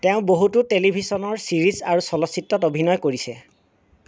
তেওঁ বহুতো টেলিভিছনৰ ছিৰিজ আৰু চলচ্চিত্ৰত অভিনয় কৰিছে